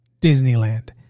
Disneyland